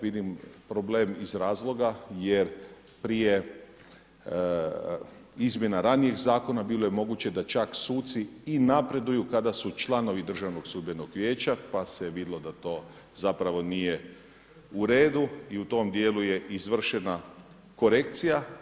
Vidim problem iz razloga jer prije izmjena ranijih zakona bilo je moguće da čak suci i napreduju kada su članovi Državnog sudbenog vijeća, pa se vidjelo da to zapravo nije u redu i u tom dijelu je izvršena korekcija.